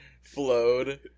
flowed